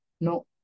No